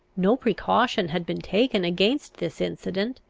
no precaution had been taken against this incident,